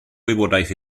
wybodaeth